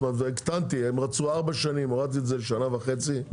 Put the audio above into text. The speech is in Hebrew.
הקטנתי הם רצו ארבע שנים והורדתי את זה לשנה וחצי.